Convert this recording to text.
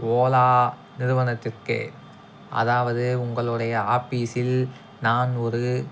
ஓலா நிறுவனத்திற்கு அதாவது உங்களுடைய ஆபீஸில் நான் ஒரு